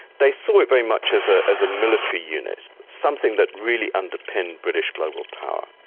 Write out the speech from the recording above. they saw it very much as ah as a military unit, something that really underpinned british global power.